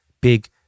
big